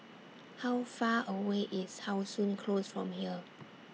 How Far away IS How Sun Close from here